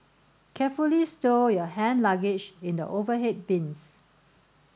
carefully stow your hand luggage in the overhead bins